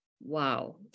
wow